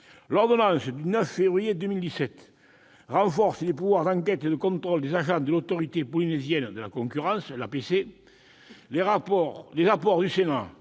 L'ordonnance du 9 février 2017 renforce les pouvoirs d'enquête et de contrôle des agents de l'Autorité polynésienne de la concurrence, l'APC. Les apports du Sénat